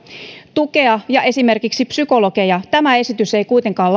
tukea ja esimerkiksi psykologeja tämä esitys ei kuitenkaan